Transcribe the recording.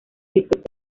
discos